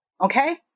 Okay